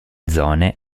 zone